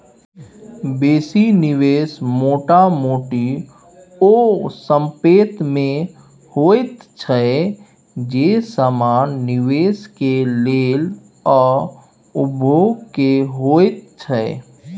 बेसी निवेश मोटा मोटी ओ संपेत में होइत छै जे समान निवेश के लेल आ उपभोग के होइत छै